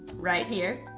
right here.